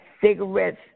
cigarettes